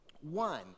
one